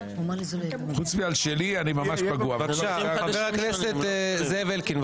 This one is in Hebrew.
חבר הכנסת זאב אלקין,